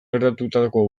geratutako